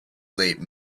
late